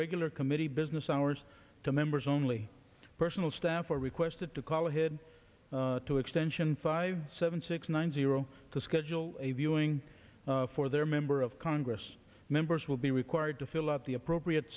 regular committee business hours to members only personal staff are requested to call to extension five seven six nine zero to schedule a viewing for their member of congress members will be required to fill out the appropriate